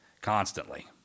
constantly